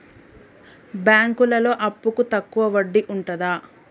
బ్యాంకులలో అప్పుకు తక్కువ వడ్డీ ఉంటదా?